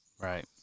Right